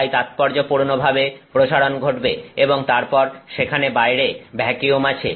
তাই তাৎপর্যপূর্ণভাবে প্রসারণ ঘটবে এবং তারপর সেখানে বাইরে ভ্যাকিউম আছে